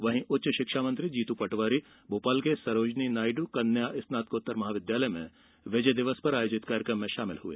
वहीं उच्च शिक्षा मंत्री जीतू पटवारी भोपाल के सरोजनी नायड् कन्या स्नातकोत्तर महाविद्यालय में विजय दिवस पर आयोजित कार्यक्रम में शामिल हुए